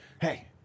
hey